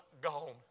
gone